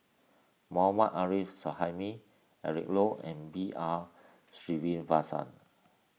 Mohammad Arif Suhaimi Eric Low and B R Sreenivasan